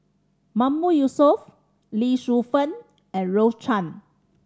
Mahmood Yusof Lee Shu Fen and Rose Chan